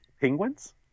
Penguins